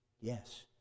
yes